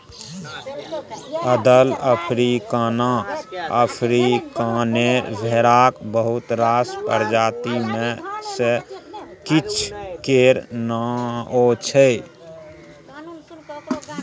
अदल, अफ्रीकाना आ अफ्रीकानेर भेराक बहुत रास प्रजाति मे सँ किछ केर नाओ छै